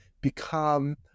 become